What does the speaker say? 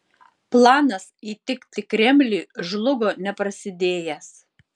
planas įtikti kremliui žlugo neprasidėjęs